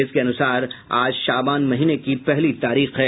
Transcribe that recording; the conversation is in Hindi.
इसके अनुसार आज शाबान महीने की पहली तारीख है